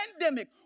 pandemic